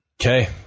Okay